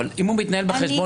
אבל אם הוא מתנהל בחשבון,